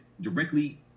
directly